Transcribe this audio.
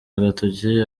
agatoki